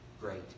great